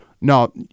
no